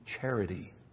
charity